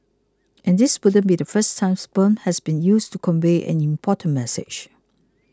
and this wouldn't be the first time sperm has been used to convey an important message